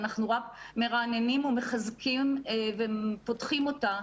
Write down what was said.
אנחנו רק מרעננים ומחזקים ופותחים אותה,